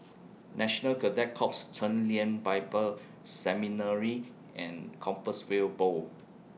National Cadet Corps Chen Lien Bible Seminary and Compassvale Bow